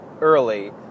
early